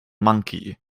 monkey